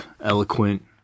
eloquent